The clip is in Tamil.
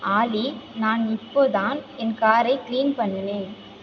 ஆலி நான் இப்போதுதான் என் காரை கிளீன் பண்ணினேன்